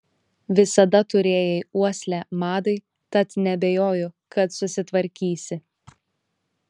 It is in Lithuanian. visada turėjai uoslę madai tad neabejoju kad susitvarkysi